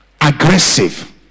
Aggressive